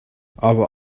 aber